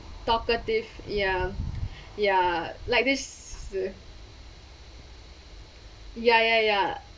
talkative ya ya like this the ya ya ya